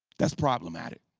that's problematic.